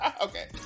okay